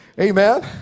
amen